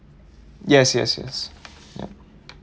yes yes yes ya